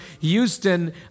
Houston